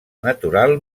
natural